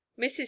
Mrs